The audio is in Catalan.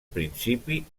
principi